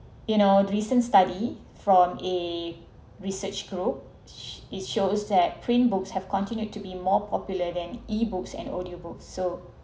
in our recent study from a research group it shows that print books have continued to be more popular than ebooks and audio books so